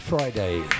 Friday